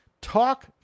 Talk